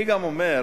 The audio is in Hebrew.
אני גם אומר: